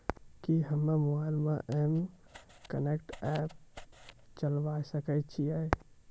कि हम्मे मोबाइल मे एम कनेक्ट एप्प चलाबय सकै छियै?